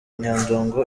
nyandungu